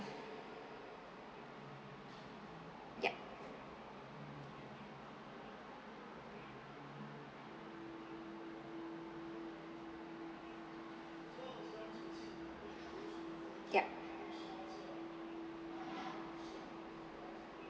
yup yup